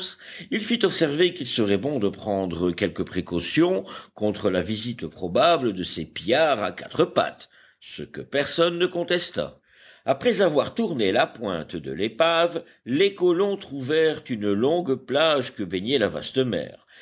il fit observer qu'il serait bon de prendre quelques précautions contre la visite probable de ces pillards à quatre pattes ce que personne ne contesta après avoir tourné la pointe de l'épave les colons trouvèrent une longue plage que baignait la vaste mer